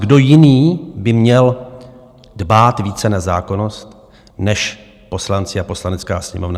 Kdo jiný by měl dbát více nezákonnost než poslanci a Poslanecká sněmovna?